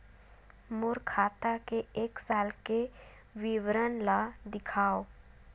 मोर खाता के एक साल के विवरण ल दिखाव?